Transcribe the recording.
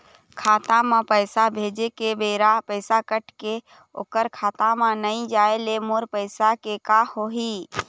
खाता म पैसा भेजे के बेरा पैसा कट के ओकर खाता म नई जाय ले मोर पैसा के का होही?